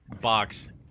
box